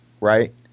right